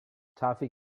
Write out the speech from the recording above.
toffee